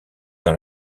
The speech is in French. dans